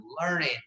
learning